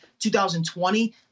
2020